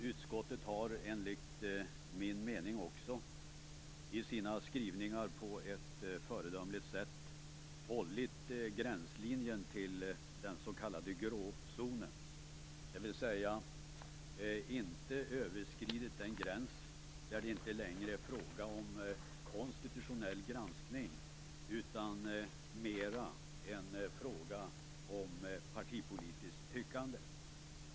Utskottet har enligt min mening också i sina skrivningar på ett föredömligt sätt hållit gränslinjen till den s.k. gråzonen, dvs. inte överskridit den gräns där det inte längre är fråga om konstitutionell granskning utan mera en fråga om partipolitiskt tyckande.